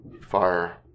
fire